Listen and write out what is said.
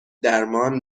درمان